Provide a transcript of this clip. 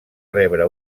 rebre